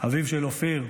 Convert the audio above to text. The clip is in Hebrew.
אביו של אופיר,